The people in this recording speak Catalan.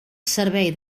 servei